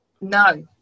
No